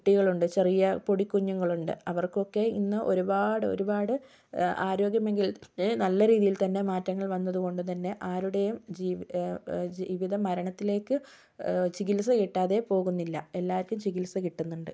കുട്ടികൾ ഉണ്ട് ചെറിയ പൊടി കുഞ്ഞുങ്ങൾ ഉണ്ട് അവർക്കൊക്കെ ഇന്ന് ഒരുപാട് ഒരുപാട് ആരോഗ്യമെങ്കിൽ നല്ല രീതിയിൽ തന്നെ മാറ്റങ്ങൾ കൊണ്ട് വന്നതുകൊണ്ട് തന്നെ ആരുടേയും ജീവിതം മരണത്തിലേക്ക് ചികിത്സ കിട്ടാതെ പോകുന്നില്ല എല്ലാവർക്കും ചികിത്സ കിട്ടുന്നുണ്ട്